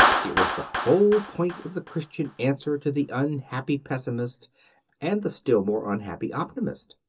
it was the whole point of the christian answer to the unhappy pessimist and the still more unhappy optimist.